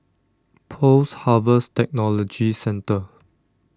Post Harvest Technology Centre